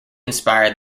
inspired